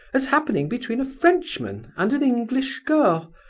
as happening between a frenchman and an english girl?